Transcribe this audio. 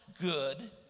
Good